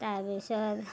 তাৰপিছত